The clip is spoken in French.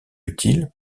utile